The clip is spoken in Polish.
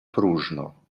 próżno